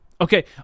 okay